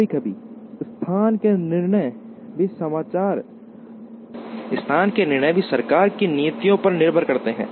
कभी कभी स्थान के निर्णय भी सरकार की नीतियों पर निर्भर करते हैं